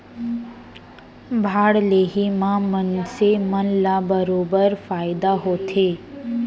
bond लेहे म मनसे मन ल बरोबर फायदा होथे